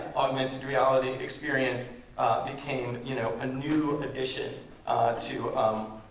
augmented reality experience became you know a new addition to